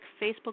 Facebook